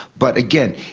but again,